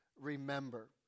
remember